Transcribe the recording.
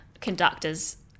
conductors